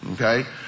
okay